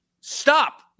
Stop